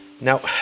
Now